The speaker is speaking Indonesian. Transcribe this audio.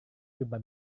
jumpa